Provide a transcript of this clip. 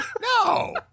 No